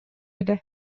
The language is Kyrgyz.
эле